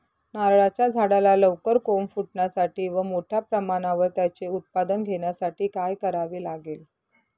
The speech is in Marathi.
नारळाच्या झाडाला लवकर कोंब फुटण्यासाठी व मोठ्या प्रमाणावर त्याचे उत्पादन घेण्यासाठी काय करावे लागेल?